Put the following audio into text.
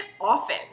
often